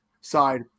side